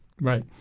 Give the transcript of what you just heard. Right